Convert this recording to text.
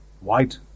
White